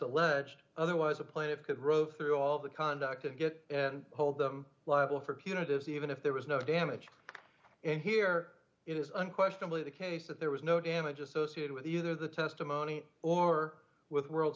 alleged otherwise a planet could rove through all the conduct and get and hold them liable for punitive even if there was no damage and here it is unquestionably the case that there was no damage associated with either the testimony or with world